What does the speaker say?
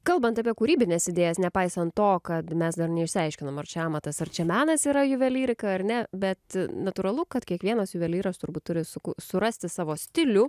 kalbant apie kūrybines idėjas nepaisant to kad mes dar neišsiaiškinom ar čia amatas ar čia menas yra juvelyrika ar ne bet natūralu kad kiekvienas juvelyras turbūt turi suku surasti savo stilių